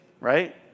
right